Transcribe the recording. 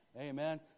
Amen